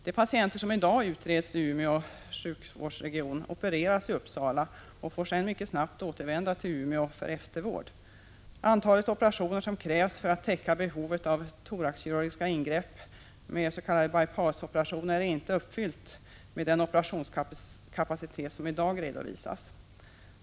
De patienter som i dag utreds i Umeå sjukvårdsregion opereras i Uppsala och får sedan mycket snabbt återvända till Umeå för eftervård. Antalet operationer som krävs för att täcka behovet av thoraxkirurgiska ingrepp med s.k. by pass-operationer kan inte uppnås med den operationskapacitet som i dag redovisas.